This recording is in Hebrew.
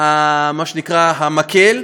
מה שנקרא "מקל",